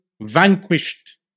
vanquished